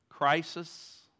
Crisis